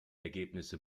ergebnisse